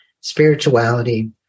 spirituality